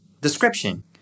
Description